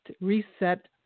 reset